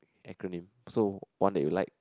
acronym so one that you like